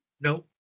Nope